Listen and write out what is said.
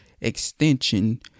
extension